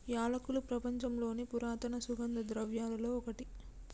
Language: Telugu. యాలకులు ప్రపంచంలోని పురాతన సుగంధ ద్రవ్యలలో ఒకటి